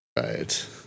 Right